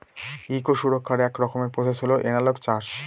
eco সুরক্ষার এক রকমের প্রসেস হল এনালগ চাষ